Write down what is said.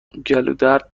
گلودرد